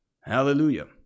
Hallelujah